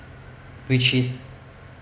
which is